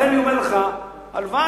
לכן אני אומר לך: הלוואי,